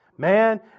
Man